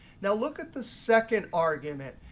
now look at the second argument.